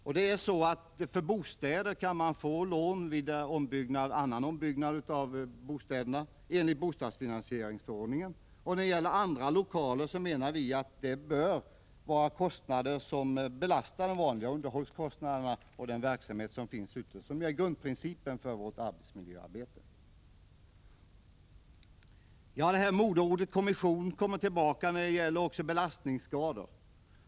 Vid ombyggnad av bostäder kan man få lån enligt bostadsfinansieringsförordningen, och när det gäller andra lokaler menar vi att kostnaden bör belasta det vanliga underhållet. Det är grundprincipen för vårt arbetsmiljöarbete. Modeordet kommission kommer tillbaka också när det gäller belastningsskador.